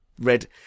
Red